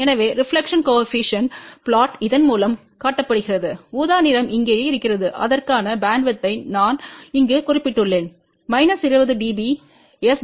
எனவே reflection coefficient plot இதன் மூலம் காட்டப்படுகிறது ஊதா நிறம் இங்கேயே இருக்கிறது அதற்கான பேண்ட்வித்யை நான் இங்கு குறிப்பிட்டுள்ளேன் 20 டி